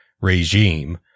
regime